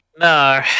No